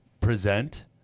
present